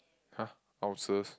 !huh! ulcers